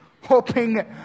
Hoping